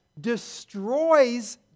destroys